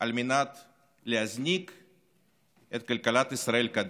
כדי להזניק את כלכלת ישראל קדימה.